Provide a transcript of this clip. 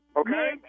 okay